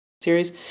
series